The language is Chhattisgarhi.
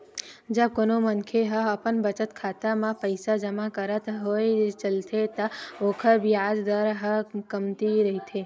जब कोनो मनखे ह अपन बचत खाता म पइसा जमा करत होय चलथे त ओखर बियाज दर ह कमती रहिथे